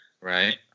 Right